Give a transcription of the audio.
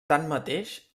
tanmateix